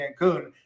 Cancun